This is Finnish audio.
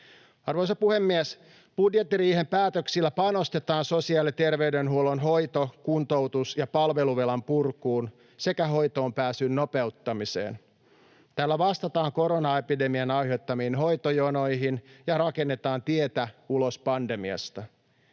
Arvoisa puhemies! Budjettiriihen päätöksillä panostetaan sosiaali‑ ja terveydenhuollon hoito‑, kuntoutus‑ ja palveluvelan purkuun sekä hoitoonpääsyn nopeuttamiseen. Tällä vastataan koronaepidemian aiheuttamiin hoitojonoihin ja rakennetaan tietä ulos pandemiasta.